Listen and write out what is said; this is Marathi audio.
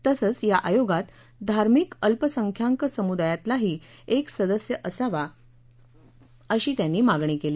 तसंच या आयोगात धार्भिक अल्पसंख्याक सम्दायातलाही एक सदस्य असावा अशी त्यांनी मागणी केली